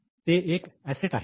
ते एक अँसेट आहे